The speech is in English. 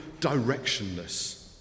directionless